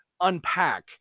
unpack